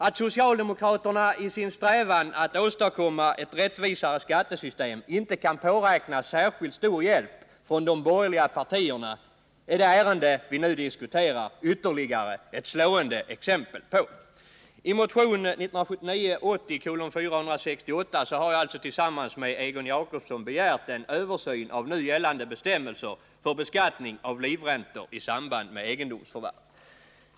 Att socialdemokraterna i sin strävan att åstadkomma ett rättvisare skattesystem inte kan påräkna särskilt stor hjälp från de borgerliga partierna är det ärende vi nu diskuterar ytterligare ett exempel på. I motion 1979/80:468 har jag tillsammans med Egon Jacobsson begärt en översyn av nu gällande bestämmelser för beskattning av livräntor i samband med egendomsförvärv.